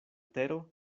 tero